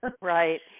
Right